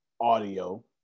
audio